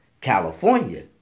California